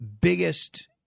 biggest